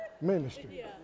ministry